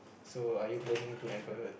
so are you planning to have a